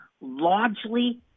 largely